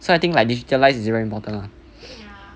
so I think like digitalized is very important lah